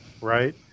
right